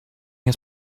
his